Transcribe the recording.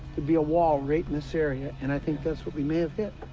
be a wall right in this area, and i think that's what we may have hit.